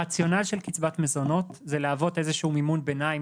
הרציונל של קצבת מזונות זה להוות איזשהו מימון ביניים